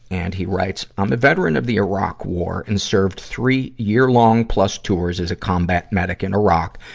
and he writes, i'm a veteran of the iraq war, and served three year-long plus tours as a combat medic in iraq,